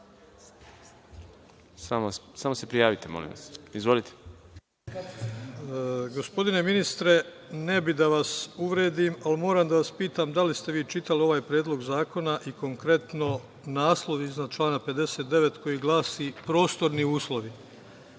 želi reč? Izvolite. **Sreto Perić** Gospodine ministre, ne bih da vas uvredim, ali moram da vas pitam da li ste vi čitali ovaj Predlog zakona i konkretno naslov iznad člana 59. koji glasi - prostorni uslovi,